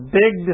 big